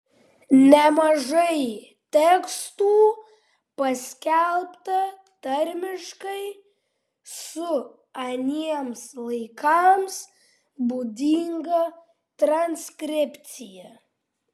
nemažai tekstų paskelbta tarmiškai su aniems laikams būdinga transkripcija